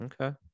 Okay